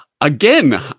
Again